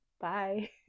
bye